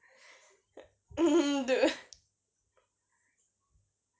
dude